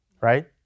right